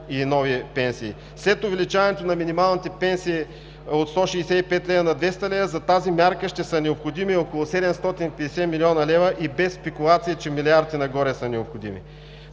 и нови пенсии. След увеличаването на минималните пенсии от 165 лв. на 200 лв. – за тази мярка ще са необходими около 750 млн. лв., и без спекулация, че милиард и нагоре са необходими.